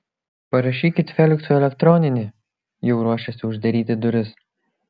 parašykit feliksui elektroninį jau ruošėsi uždaryti duris